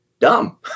dumb